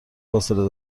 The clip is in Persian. فاصله